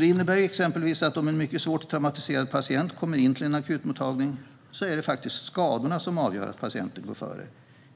Det innebär exempelvis att om en mycket svårt traumatiserad patient kommer in till en akutmottagning är det skadorna som avgör att den patienten går före,